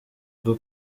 rwo